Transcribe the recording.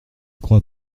crois